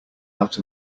out